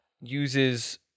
uses